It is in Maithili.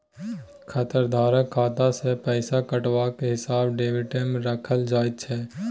खाताधारकक खाता सँ पैसा कटबाक हिसाब डेबिटमे राखल जाइत छै